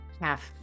half